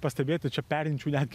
pastebėti čia perinčių netgi